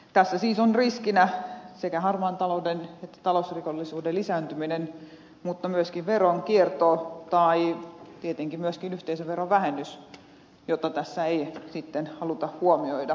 tässä siis on riskinä sekä harmaan talouden että talousrikollisuuden lisääntyminen mutta myöskin veronkierto tai tietenkin myös yhteisöveron vähennys jota tässä ei sitten haluta huomioida